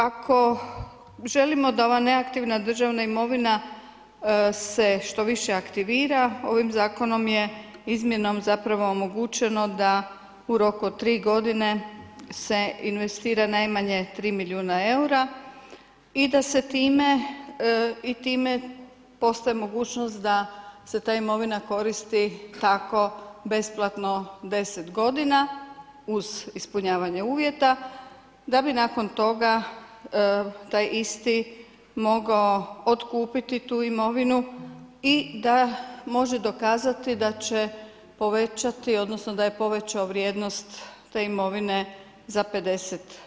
Ako želimo da ova neaktivna državna imovina se što više aktivira ovim zakonom je izmjenom zapravo omogućeno da u roku od tri godine se investira najmanje tri milijuna eura i time postaje mogućnost da se ta imovina koristi tako besplatno deset godina uz ispunjavanje uvjeta, da bi nakon toga taj isti mogao otkupiti tu imovinu i da može dokazati da će povećati odnosno da je povećao vrijednost te imovine za 50%